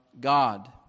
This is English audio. god